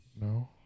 No